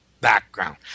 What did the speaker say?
background